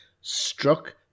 struck